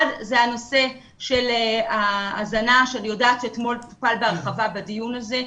אחד- נושא ההזנה שאני יודעת שאתמול הוא טופל בהרחבה בדיון הזה,